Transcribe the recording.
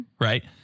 right